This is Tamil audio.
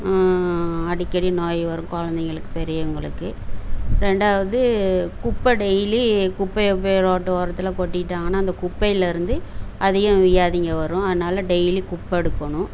அடிக்கடி நோய் வரும் குழந்தைங்களுக்கு பெரியவங்களுக்கு ரெண்டாவது குப்பை டெய்லி குப்பையை போய் ரோடு ஓரத்தில் கொட்டிட்டாங்கனால் அந்த குப்பையில் இருந்து அதிகம் வியாதிங்க வரும் அதனால டெய்லி குப்பை எடுக்கணும்